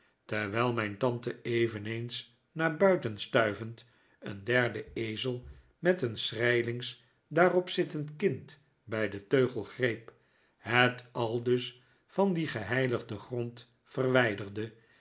terwijl mijn tante eveneens naar buiten stuivend een derden ezel met een schrijlings daarop zittend kind bij den teugel greep het aldus van dien geheiligden grond verwijderde